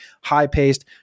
high-paced